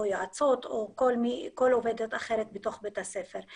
יועצות או כל עובדת אחרת בתוך בית הספר.